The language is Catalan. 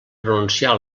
renunciar